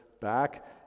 back